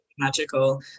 Magical